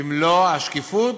במלוא השקיפות,